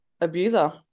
abuser